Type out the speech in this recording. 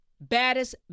baddest